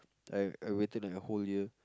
like I waited like a whole year